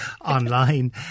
online